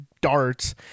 darts